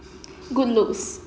good looks